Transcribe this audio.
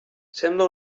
sembla